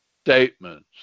statements